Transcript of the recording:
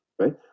right